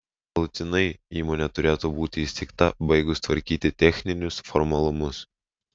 galutinai įmonė turėtų būti įsteigta baigus tvarkyti techninius formalumus